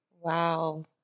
Wow